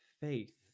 faith